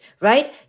right